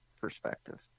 perspective